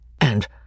And